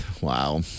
Wow